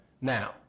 now